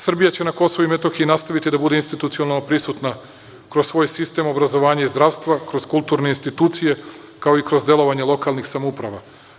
Srbija će na Kosovu i Metohiji nastaviti da bude institucionalno prisutna kroz svoj sistem obrazovanja i zdravstva, kroz kulturne institucije, kao i kroz delovanje lokalnih samouprava.